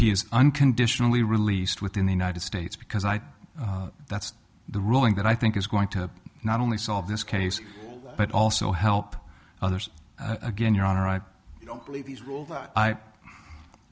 he is unconditionally released within the united states because i that's the ruling that i think is going to not only solve this case but also help others again your honor i